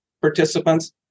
participants